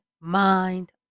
mind